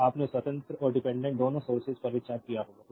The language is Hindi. तो आपके स्वतंत्र और डिपेंडेंट दोनों सोर्सेज पर विचार किया जाएगा